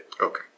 Okay